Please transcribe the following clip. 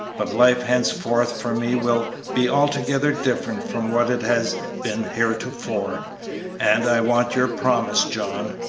but life henceforth for me will be altogether different from what it has been heretofore and i want your promise, john,